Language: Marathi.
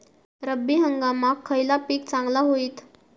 रब्बी हंगामाक खयला पीक चांगला होईत?